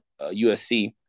USC